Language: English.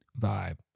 vibe